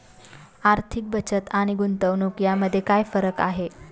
आर्थिक बचत आणि गुंतवणूक यामध्ये काय फरक आहे?